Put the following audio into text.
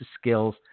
skills